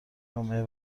جمعه